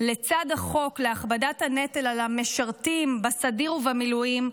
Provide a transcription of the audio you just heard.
לצד החוק להכבדת הנטל על המשרתים בסדיר ובמילואים,